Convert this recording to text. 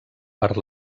per